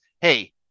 Hey